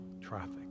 traffic